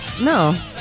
No